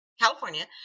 California